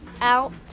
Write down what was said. out